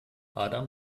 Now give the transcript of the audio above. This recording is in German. adam